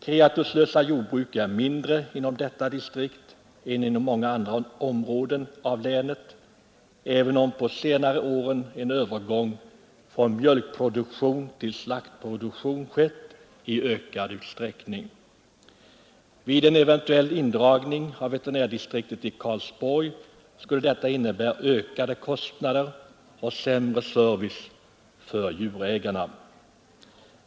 Kreaturslösa jordbruk är mindre vanliga inom detta distrikt än inom många andra områden av länet, även om under senare år en övergång från mjölkproduktion till slaktdjursproduktion skett i ökad utsträckning. En eventuell indragning av veterinärdistriktet i Karlsborg skulle innebära ökade kostnader och sämre service för djurägarna.